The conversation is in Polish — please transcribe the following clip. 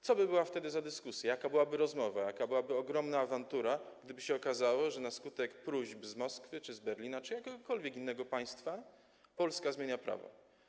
Co by była wtedy za dyskusja, jaka byłaby rozmowa, jaka byłaby ogromna awantura, gdyby się okazało, że na skutek próśb z Moskwy czy z Berlina, czy jakiegokolwiek innego państwa Polska zmienia prawo.